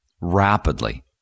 rapidly